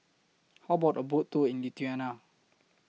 How about A Boat Tour in Lithuania